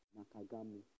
Nakagami